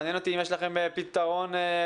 מעניין אותי לדעת אם יש לכם פתרון ספציפי